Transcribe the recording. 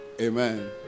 Amen